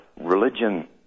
religion